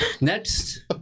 Next